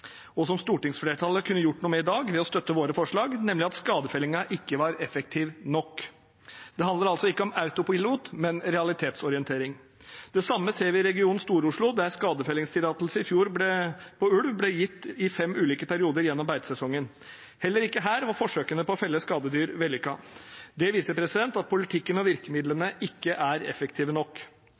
og som stortingsflertallet kunne gjort noe med i dag ved å støtte våre forslag, nemlig om at skadefellingen ikke er effektiv nok. Det handler altså ikke om autopilot, men om realitetsorientering. Det samme ser vi i region Stor-Oslo, der skadefellingstillatelse på ulv i fjor ble gitt for fem ulike perioder gjennom beitesesongen. Heller ikke her var forsøkene på å felle skadedyr vellykket. Det viser at politikken og virkemidlene ikke er effektive nok.